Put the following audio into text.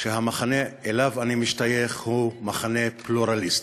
שהמחנה שאליו אני משתייך הוא מחנה פלורליסטי.